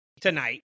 tonight